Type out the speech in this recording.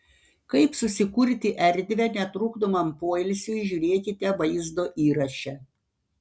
kaip susikurti erdvę netrukdomam poilsiui žiūrėkite vaizdo įraše